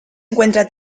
encuentra